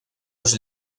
los